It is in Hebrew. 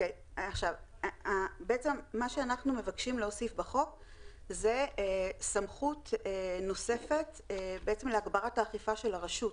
בעצם אנחנו מבקשים להוסיף בחוק סמכות נוספת להגברת האכיפה של הרשות.